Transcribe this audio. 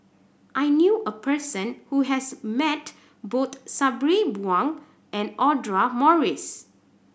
I knew a person who has met both Sabri Buang and Audra Morrice